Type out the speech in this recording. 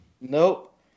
Nope